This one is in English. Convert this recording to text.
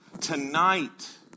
Tonight